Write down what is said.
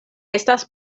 estas